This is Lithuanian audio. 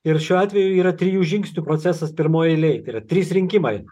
ir šiuo atveju yra trijų žingsnių procesas pirmoj eilėj tai yra trys rinkimai